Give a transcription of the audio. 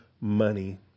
money